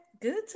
good